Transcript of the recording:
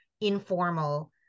informal